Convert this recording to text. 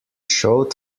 showed